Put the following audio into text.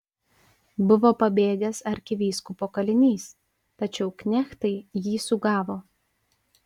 buvo pabėgęs arkivyskupo kalinys tačiau knechtai jį sugavo